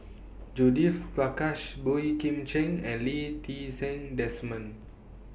Judith Prakash Boey Kim Cheng and Lee Ti Seng Desmond